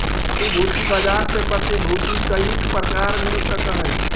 प्रतिभूति बाजार से प्रतिभूति कईक प्रकार मिल सकऽ हई?